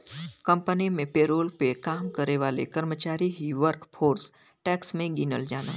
company में payroll पे काम करे वाले कर्मचारी ही वर्कफोर्स टैक्स में गिनल जालन